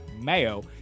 mayo